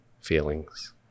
feelings